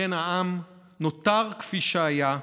כן, העם, נותר כפי שהיה,